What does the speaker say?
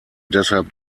deshalb